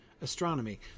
astronomy